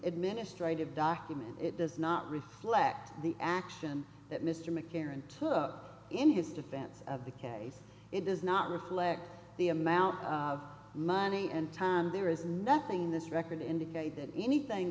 administrative document it does not reflect the action that mr mclaren took in his defense of the case it does not reflect the amount of money and time there is nothing in this record indicate that anything